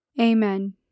Amen